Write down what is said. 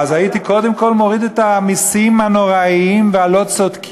הייתי קודם כול מוריד את המסים הנוראיים והלא-צודקים,